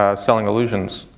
ah selling illusions,